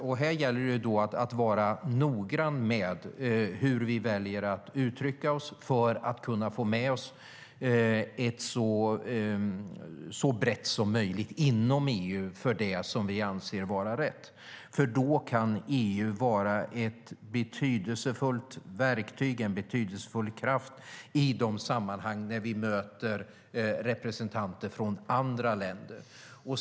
Därför gäller det att vi är noggranna med hur vi väljer att uttrycka oss för att kunna få ett så brett stöd som möjligt inom EU för det som vi anser är rätt. Då kan EU vara ett betydelsefullt verktyg, en betydelsefull kraft, i de sammanhang där vi möter representanter från andra länder.